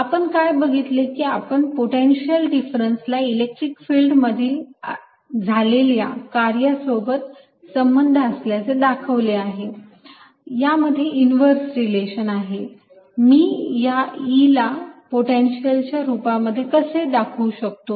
आपण काय बघितले की आपण पोटेन्शियल डिफरन्सला इलेक्ट्रिक फील्ड मधील झालेल्या कार्य सोबत संबंध असल्याचे दाखवले आहे यामध्ये इनव्हर्स रिलेशन असेल मी या E ला पोटेन्शियलच्या रूपात कसे दाखवू शकतो